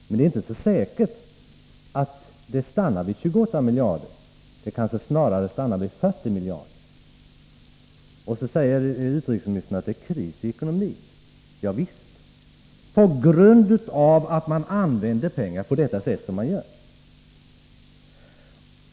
Men det är inte så säkert att det stannar vid 28 miljarder, det kanske snarare stannar vid 40 miljarder. Utrikesministern säger att det är kris i ekonomin. Ja visst, på grund av att man använder pengar på det sätt man gör.